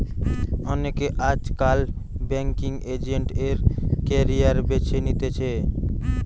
অনেকে আজকাল banking agent এর ক্যারিয়ার বেছে নিতেছে